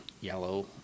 yellow